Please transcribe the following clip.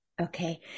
Okay